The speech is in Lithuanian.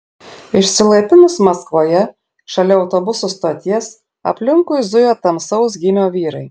išsilaipinus maskvoje šalia autobusų stoties aplinkui zujo tamsaus gymio vyrai